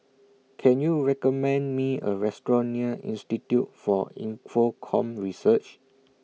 Can YOU recommend Me A Restaurant near Institute For Infocomm Research